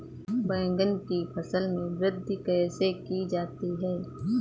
बैंगन की फसल में वृद्धि कैसे की जाती है?